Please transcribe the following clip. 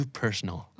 personal